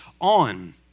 on